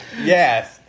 Yes